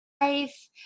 life